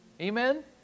Amen